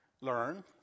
learn